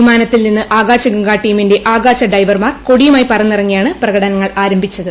വിമാനത്തിൽ നിന്ന് ആകാശഗംഗ ടീമിന്റെ ആകാശഡൈവർമാർ കൊടിയുമായി പറന്നിറങ്ങിയാണ് പ്രകടനങ്ങൾ ആരംഭിച്ചത്